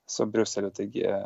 su briuseliu taigi